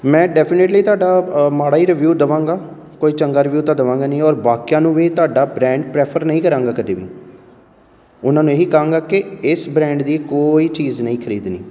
ਮੈਂ ਡੈਫੀਨੇਟਲੀ ਤੁਹਾਡਾ ਮਾੜਾ ਹੀ ਰਿਵਿਊ ਦਵਾਂਗਾ ਕੋਈ ਚੰਗਾ ਰਿਵਿਊ ਤਾਂ ਦਵਾਂਗਾ ਨਹੀਂ ਔਰ ਬਾਕੀਆਂ ਨੂੰ ਵੀ ਤੁਹਾਡਾ ਬ੍ਰੈਂਡ ਪ੍ਰੈਫਰ ਨਹੀਂ ਕਰਾਂਗਾ ਕਦੇ ਵੀ ਉਹਨਾਂ ਨੂੰ ਇਹ ਹੀ ਕਹਾਂਗਾ ਕਿ ਇਸ ਬ੍ਰੈਂਡ ਦੀ ਕੋਈ ਚੀਜ਼ ਨਹੀਂ ਖਰੀਦਣੀ